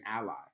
ally